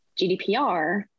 GDPR